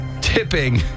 Tipping